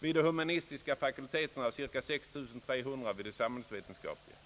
vid de humanistiska fakulteterna och ca 6 300 vid de samhällsvetenskapliga.